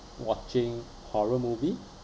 watching horror movie